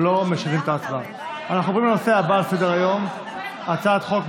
התקבלה ותעבור להמשך דיון בוועדת החוקה,